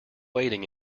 waiting